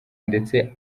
ndetse